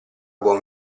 buon